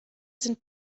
sind